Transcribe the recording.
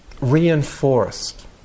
reinforced